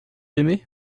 aimé